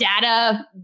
data